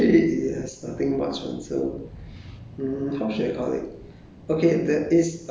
oh I shouldn't call it poorer I should say actually a monastery it has nothing much [one] so